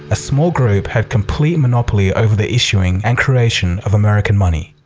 a small group had complete monopoly over the issuing and creation of american money.